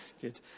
Good